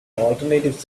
alternative